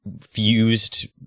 fused